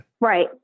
Right